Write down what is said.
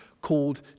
called